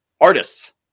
Artists